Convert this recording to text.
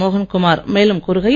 மோகன்குமார் மேலும் கூறுகையில்